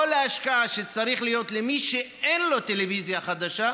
כל ההשקעה שצריכה להיות למי שאין לו טלוויזיה חדשה,